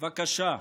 בבקשה: